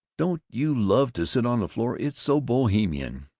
don't you love to sit on the floor? it's so bohemian!